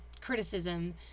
criticism